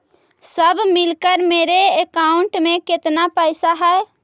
सब मिलकर मेरे अकाउंट में केतना पैसा है?